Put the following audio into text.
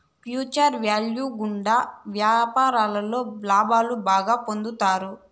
future value గుండా వ్యాపారంలో లాభాలు బాగా పొందుతారు